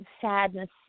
sadness